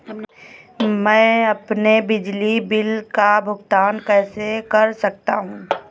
मैं अपने बिजली बिल का भुगतान कैसे कर सकता हूँ?